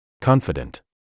confident